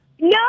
No